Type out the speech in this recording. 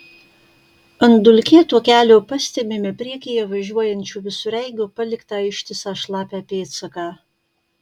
ant dulkėto kelio pastebime priekyje važiuojančio visureigio paliktą ištisą šlapią pėdsaką